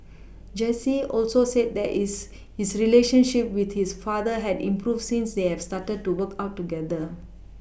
Jesse also said that is his relationship with his father had improved since they started to work out together